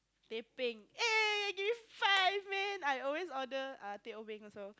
teh bing eh give five man I always order uh teh O bing also